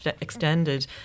extended